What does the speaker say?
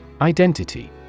Identity